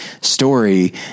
story